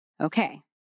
Okay